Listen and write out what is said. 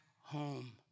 home